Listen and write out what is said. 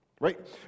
right